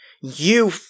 you-